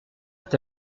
est